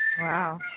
Wow